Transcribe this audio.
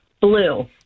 Blue